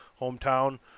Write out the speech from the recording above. hometown